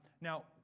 Now